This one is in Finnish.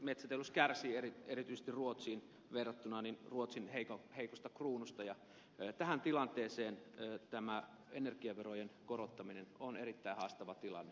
esimerkiksi metsäteollisuus kärsii erityisesti ruotsiin verrattuna ruotsin heikosta kruunusta ja tähän tilanteeseen tämä energiaverojen korottaminen on erittäin haastava tilanne